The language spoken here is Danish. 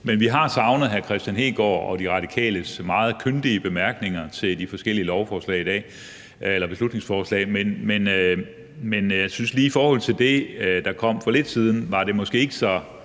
anden. Vi har savnet hr. Kristian Hegaard og De Radikales meget kyndige bemærkninger til de forskellige beslutningsforslag i dag. Men jeg synes, at lige i forhold til det, der kom for lidt siden, var det måske ikke så